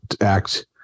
act